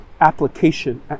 Application